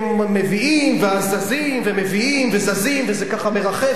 מביאים ואז זזים ומביאים וזזים וזה ככה מרחף,